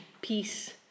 peace